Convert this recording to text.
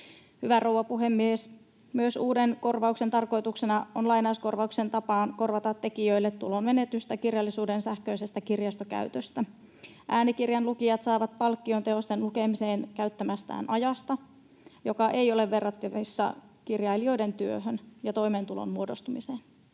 Hyvä rouva puhemies! Myös uuden korvauksen tarkoituksena on lainauskorvauksen tapaan korvata tekijöille tulonmenetystä kirjallisuuden sähköisestä kirjastokäytöstä. Äänikirjan lukijat saavat palkkion teosten lukemiseen käyttämästään ajasta, joka ei ole verrattavissa kirjailijoiden työhön ja toimeentulon muodostumiseen.